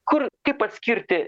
kur kaip atskirti